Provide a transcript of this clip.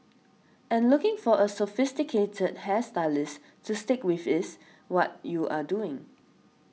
and looking for a sophisticated hair stylist to stick with is what you are doing